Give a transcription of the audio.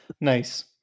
Nice